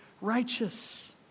righteous